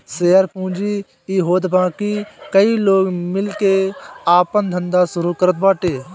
share पूंजी इ होत बाकी कई लोग मिल के आपन धंधा शुरू करत बाटे